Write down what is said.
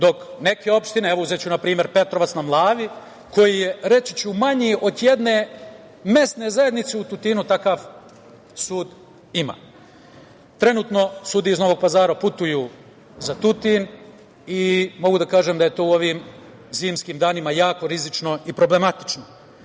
dok neke opštine, uzeću na primer Petrovac na Mlavi, koji je, reći ću, manji od jedne mesne zajednice u Tutinu, takav sud ima. Trenutno, sudije iz Novog Pazara putuju za Tutin i mogu da kažem da je to u ovim zimskim danima jako rizično i problematično.